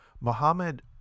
Muhammad